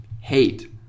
Hate